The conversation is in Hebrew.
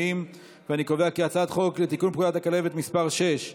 חוק לתיקון פקודת הכלבת (מס' 6),